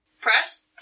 Press